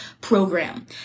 program